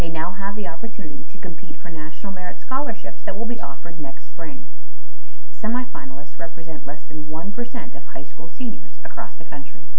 they now have the opportunity to compete for a national merit scholarships that will be offered next spring semifinalists represent less than one percent of high school seniors across the country